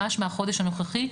ממש מהחודש הנוכחי,